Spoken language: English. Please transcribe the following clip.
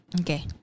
Okay